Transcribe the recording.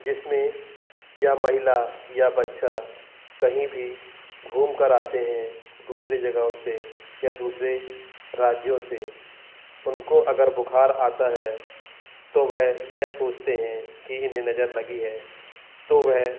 जिसमें यह महिला या बच्चा कहीं भी घूम कर आते हैं दुसरे जगहों से या दुसरे राज्यों से उनको अगर बुख़ार आता है तो वे यह सोचते हैं कि इन्हें नज़र लगी है तो वे